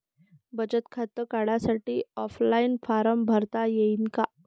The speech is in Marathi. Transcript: बचत खातं काढासाठी ऑफलाईन फारम भरता येईन का?